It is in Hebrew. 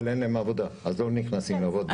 אבל אין להם היתר עבודה ולכן הם לא נכנסים לעבוד בישראל.